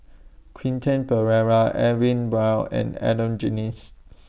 Quentin Pereira Edwin Brown and Adan Jimenez